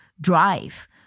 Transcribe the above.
drive